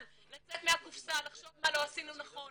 לצאת מהקופסה לחשוב מה לא עשינו נכון,